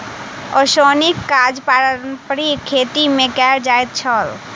ओसौनीक काज पारंपारिक खेती मे कयल जाइत छल